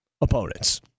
opponents